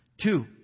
Two